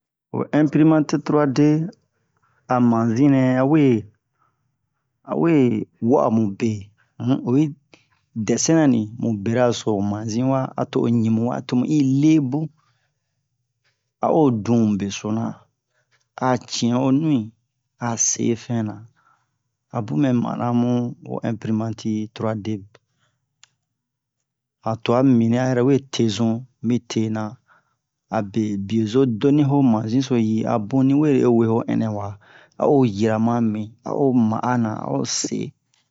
Ho inprimati tura-de a manzi nɛ a we a we wa'a mube um oyi dɛsinna ni mu beraso ho manzi wa a to o ɲi ni wa to mu i lebun a'o dun mu besona a ci'in o nu'i a se fɛna a bun mɛ mara mu ho imprimati tura-de han twa mibini a yɛrɛ we te zun mi tena abe bie zo doni ho manzi so yi a bun ni we yo we ho ɛnɛ wa a'o jira ma mi a'o ma'a na a'o se